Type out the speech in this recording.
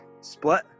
split